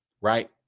Right